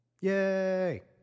Yay